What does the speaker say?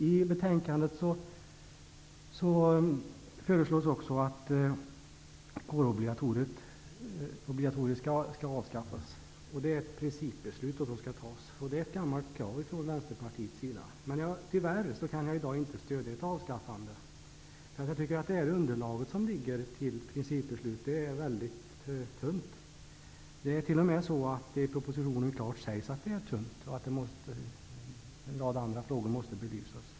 I betänkandet föreslås också att kårobligatoriet skall avskaffas. Det är ett principbeslut som skall fattas. Det är ett gammalt krav från Vänsterpartiets sida. Men tyvärr kan jag i dag inte stödja ett avskaffande, därför att jag tycker att underlaget för ett principbeslut är väldigt tunt. Det sägs t.o.m. klart i propositionen att det är tunt och att en rad andra frågor måste belysas.